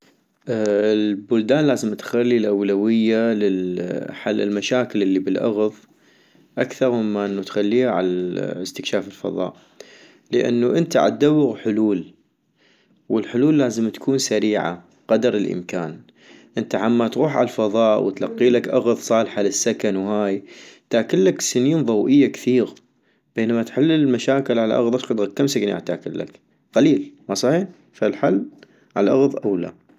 البلدان لازم تخلي الاولوية لل لحل المشاكل الي بالاغض اكثغ مما انو تخليها عال استكشاف الفضاء - لانو انت عدوغ حلول والحلول لازم تكون سريعة قدر الامكان، انت عما تغوح عالفضاء وتلقيلك اغض صالحة للسكن وهاي ، تاكلك سنين ضوئية كثيغ ،بينما تحل المشاكل عالاغض اشقد غد-كم سني غاح تاكلك ؟ قليل ما صحيح ؟ فالحل عالاغض اولى